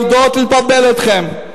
אל תיתנו לעובדות לבלבל אתכם.